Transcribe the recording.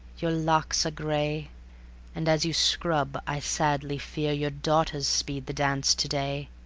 your locks are gray and as you scrub i sadly fear your daughters speed the dance to-day.